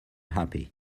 happy